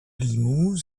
limoux